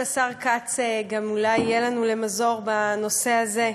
אני מקווה שהשר כץ יהיה לנו למזור גם בנושא הזה,